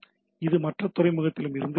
இது மற்ற துறைமுகத்திலும் இருந்திருக்கலாம்